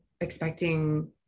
expecting